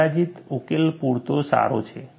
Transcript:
અંદાજીત ઉકેલ પૂરતો સારો છે